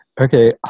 okay